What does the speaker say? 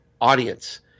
audience